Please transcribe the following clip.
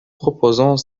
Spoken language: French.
proposons